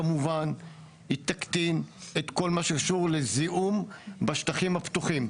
כמובן היא תקטין את כל מה שקשור לזיהום בשטחים הפתוחים.